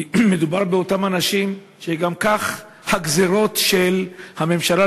כי מדובר באותם אנשים שגם כך הגזירות של הממשלה,